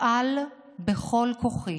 אפעל בכל כוחי